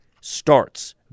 starts